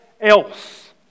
else